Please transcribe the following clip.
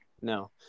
No